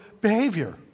behavior